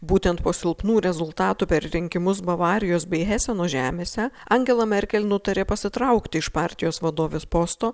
būtent po silpnų rezultatų per rinkimus bavarijos bei heseno žemėse angela merkel nutarė pasitraukti iš partijos vadovės posto